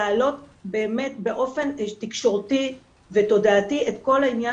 להעלות באמת באופן תקשורתי ותודעתי את כל העניין